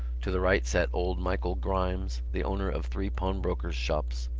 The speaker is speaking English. to the right sat old michael grimes, the owner of three pawnbroker's shops,